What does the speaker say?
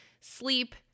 sleep